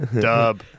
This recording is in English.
Dub